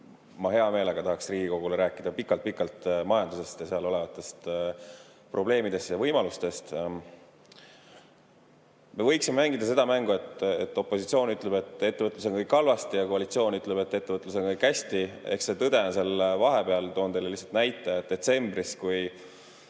Ma hea meelega tahaksin Riigikogule rääkida pikalt-pikalt majandusest ja seal olevatest probleemidest ja võimalustest. Me võiksime mängida seda mängu, et opositsioon ütleb, et ettevõtluses on kõik halvasti, ja koalitsioon ütleb, et ettevõtlusega on kõik hästi. Eks see tõde on seal vahepeal. Toon teile lihtsa näite. Detsembris, kui